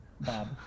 Bob